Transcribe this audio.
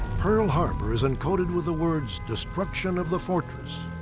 pearl harbor is encoded with the words destruction of the fortress,